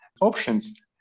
options